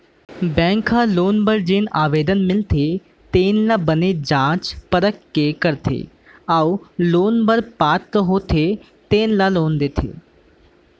bank ह loan बर जेन आवेदन मिलथे तेन ल बने जाँच परख करथे अउ लोन बर पात्र होथे तेन ल लोन देथे